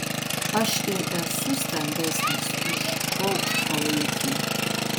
aš ir esu stambesnis už paukštpalaikį